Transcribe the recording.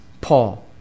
Paul